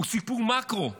הוא סיפור מקרו לנו,